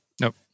Nope